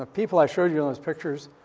ah people i showed you on those pictures,